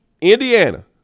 Indiana